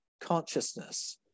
consciousness